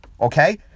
Okay